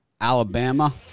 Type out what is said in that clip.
Alabama